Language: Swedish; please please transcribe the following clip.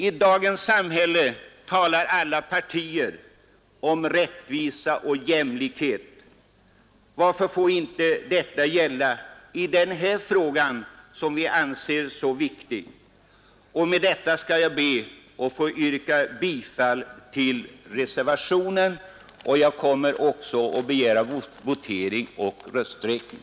I dagens samhälle talar alla partier om rättvisa och jämlikhet. Varför får inte detta gälla i den här frågan, som vi anser så viktig? Med detta ber jag att få yrka bifall till reservationen. Jag kommer också att begära votering och rösträkning.